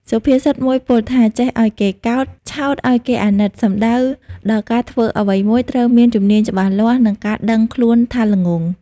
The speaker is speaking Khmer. សុភាសិតមួយពោលថា ចេះឲ្យគេកោត ឆោតឲ្យគេអាណិត សំដៅដល់ការធ្វើអ្វីមួយត្រូវមានជំនាញច្បាស់លាស់ និងការដឹងខ្លួនថាល្ងង់ ។